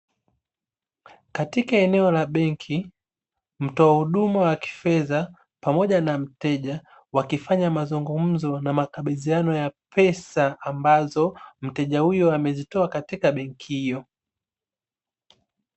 Katika eneo la benki mtoa huduma wa kifedha pamoja na mteja, wakifanya mazungumzo na makabidhiano ya pesa ambazo mteja huyo amezitoa katika benki hiyo.